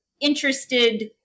interested